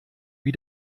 wie